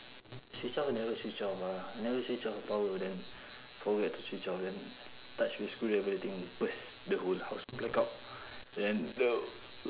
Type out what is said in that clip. switch off I never switch off ah never switch off power then forget to switch off then touch the screwdriver the thing burst the whole house blackout then